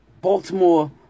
Baltimore